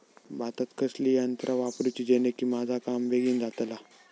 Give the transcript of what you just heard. भातात कसली यांत्रा वापरुची जेनेकी माझा काम बेगीन जातला?